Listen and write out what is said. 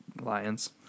Lions